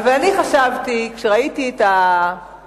אבל אני חשבתי, כשראיתי את הריבוי